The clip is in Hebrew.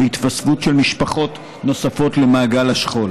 בהתווספות של משפחות נוספות למעגל השכול.